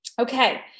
Okay